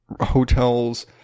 hotels